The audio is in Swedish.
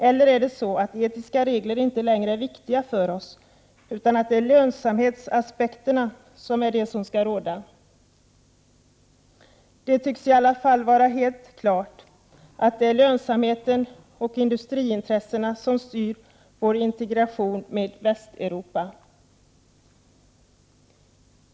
Är det i stället så att etiska regler inte längre är viktiga för oss, utan lönsamhetsaspekterna skall råda? Det tycks i alla fall vara helt klart att det är lönsamheten och industriintressena som styr vår integration med Västeuropa.